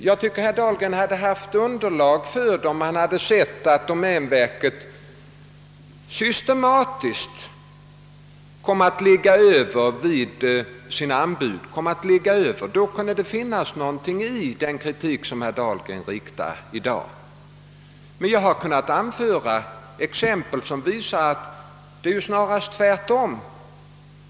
Jag tycker att herr Dahlgren skulle haft underlag för sin kritik om han kunnat påvisa att domänverket systematiskt ligger över med sina anbud. Jag har emellertid kunnat anföra exempel som visar att det snarast förhåller sig tvärtom.